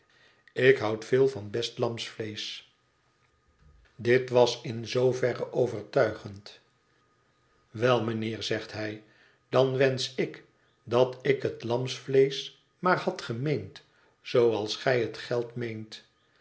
ik houd veel van best lamsvleesch dit was in zooverre overtuigend wel mijnheer zegt hij dan wensch ik dat ik het lamsvleesch maar had gemeend zpoals gij het geld